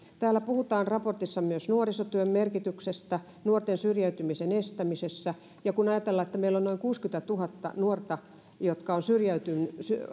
raportissa puhutaan myös nuorisotyön merkityksestä nuorten syrjäytymisen estämisessä kun ajatellaan että meillä on noin kuusikymmentätuhatta nuorta joiden on